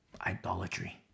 Idolatry